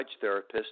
therapist